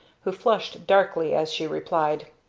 who flushed darkly as she replied.